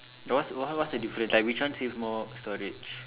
no what's what's the difference like which one save more storage